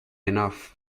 enough